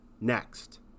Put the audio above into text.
next